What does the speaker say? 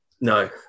No